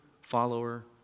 follower